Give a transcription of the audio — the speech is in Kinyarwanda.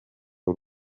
y’u